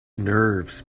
nerves